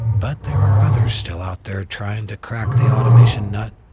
but there are others still out there trying to crack the automation nut,